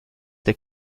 der